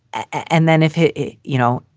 and then if if you know,